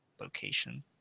location